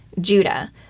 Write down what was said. Judah